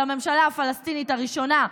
שהיא כמובן ועדת השרים של הממשלה הפלסטינית הראשונה,